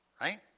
right